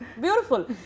Beautiful